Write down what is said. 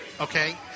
Okay